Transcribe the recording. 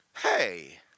hey